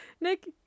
Nick